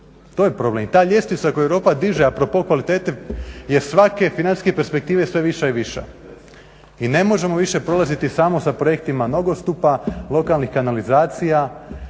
To je problem, ta ljestvica koju Europa diže, a … kvalitete je svake financijske perspektive sve viša i viša. I ne možemo više prolaziti samo sa projektima nogostupa lokalnih kanalizacija,